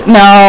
no